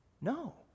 no